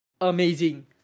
Amazing